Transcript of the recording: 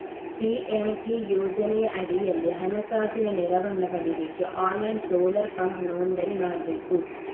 PMK ಯೋಜನೆಯ ಅಡಿಯಲ್ಲಿ ಹಣಕಾಸಿನ ನೆರವನ್ನ ಪಡೀಲಿಕ್ಕೆ ಆನ್ಲೈನ್ ಸೋಲಾರ್ ಪಂಪ್ ನೋಂದಣಿ ಮಾಡ್ಬೇಕು